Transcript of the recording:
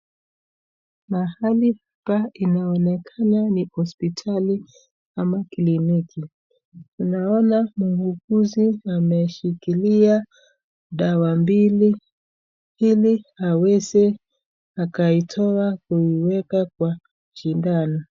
Mahali hapa inaonekana ni hospitali ama kliniki. Naona muuguzi ameshikilia dawa mbili ili aweze akaitoa kuiweka kwa sindano.